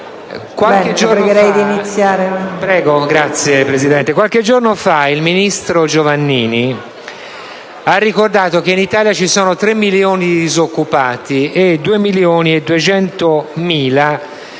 signora Presidente. Qualche giorno fa il ministro Giovannini ha ricordato che in Italia ci sono 3 milioni di disoccupati e 2 milioni e 200.000